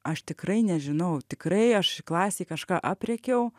aš tikrai nežinau tikrai aš klasėj kažką aprėkiau